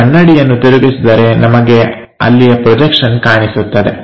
ಆ ಕನ್ನಡಿಯನ್ನು ತಿರುಗಿಸಿದರೆ ನಮಗೆ ಅಲ್ಲಿಯ ಪ್ರೊಜೆಕ್ಷನ್ ಕಾಣಿಸುತ್ತದೆ